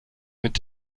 mit